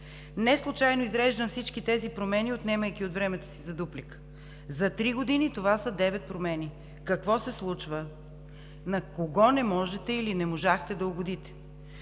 Неслучайно изреждам всички тези промени, отнемайки от времето си за дуплика. За три години това са девет промени! Какво се случва?! На кого не можете или не можахте да угодите?